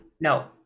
No